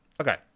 okay